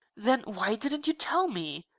then why didn't you tell me?